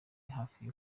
hafi